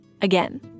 Again